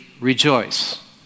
rejoice